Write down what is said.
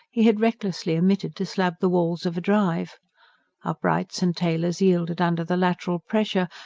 he had recklessly omitted to slab the walls of a drive uprights and tailors yielded under the lateral pressure,